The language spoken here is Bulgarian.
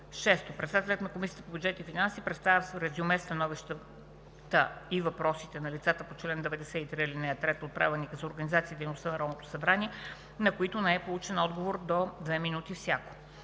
6. Председателят на Комисията по бюджет и финанси представя в резюме становищата и въпросите на лицата по чл. 93, ал. 3 от Правилника за организацията и дейността на Народното събрание, на които не е получен отговор – до две минути всяко.